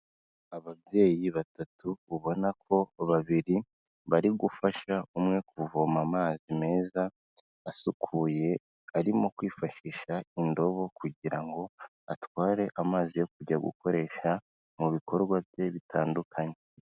Ababyeyi batatu ubona ko babiri bari gufasha umwe kuvoma amazi meza asukuye arimo kwifashisha indobo, kugira ngo atware amazi yo kujya gukoresha mu bikorwa bye bitandukanye.